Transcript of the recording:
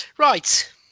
Right